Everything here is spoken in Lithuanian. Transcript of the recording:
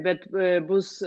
bet bus